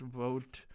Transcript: vote